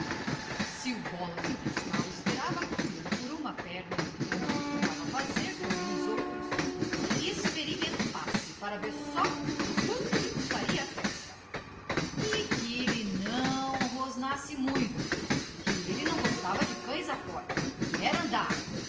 se o bolas do fiscal esperava comê lo por uma perna como costumava fazer com os outros que experimentasse para ver só quanto lhe custaria a festa e que lhe não rosnasse muito que ele não gostava de cães à porta era andar